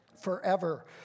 Forever